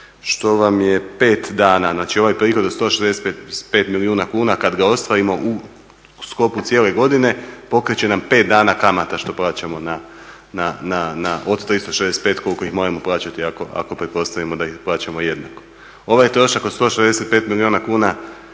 što vam je pet dana. Znači, ovaj prihod od 165 milijuna kuna kad ga ostvarimo u sklopu cijele godine pokrit će nam pet dana kamata što plaćamo na, od 365 koliko ih moramo plaćati ako pretpostavimo da ih plaćamo jednako. Ovaj trošak od 165 milijuna kuna